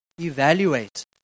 evaluate